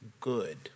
good